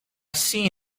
see